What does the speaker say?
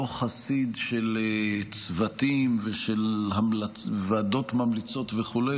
לא חסיד של צוותים וועדות ממליצות וכו',